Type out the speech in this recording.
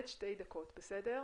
בבקשה.